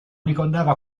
ricordava